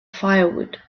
firewood